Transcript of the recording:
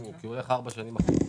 אם הוא ילך ארבע שנים אחורה?